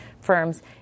firms